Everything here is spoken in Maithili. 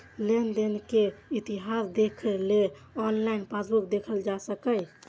लेनदेन के इतिहास देखै लेल ऑनलाइन पासबुक देखल जा सकैए